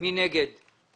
אני באמצע הדיבור.